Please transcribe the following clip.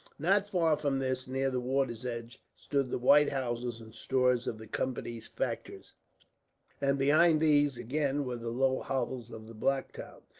not far from this, near the water's edge, stood the white houses and stores of the company's factors and behind these, again, were the low hovels of the black town.